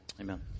Amen